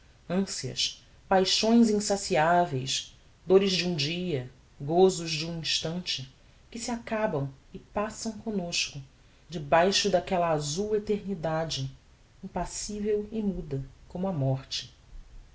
ancias paixões insaciáveis dores de um dia gozos de um instante que se acabam e passam comnosco debaixo daquella azul eternidade impassivel e muda como a morte